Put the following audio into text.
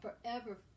forever